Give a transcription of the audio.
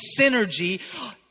synergy